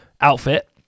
outfit